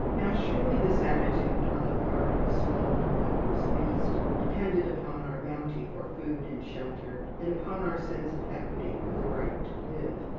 now, surely this attitude on the part of a small and helpless beast, dependent upon our bounty for food and shelter, and upon our sense of equity for the right to live,